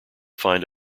find